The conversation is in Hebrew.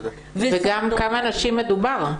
וגם בכמה נשים מדובר.